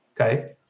okay